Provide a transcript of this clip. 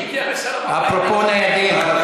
אפרופו ניידים.